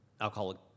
alcoholic